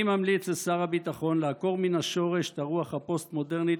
אני ממליץ לשר הביטחון לעקור מן השורש את הרוח הפוסט-מודרנית